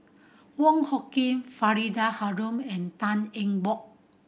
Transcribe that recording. Wong Hung Khim Faridah Hanum and Tan Eng Bock